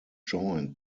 joined